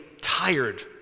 tired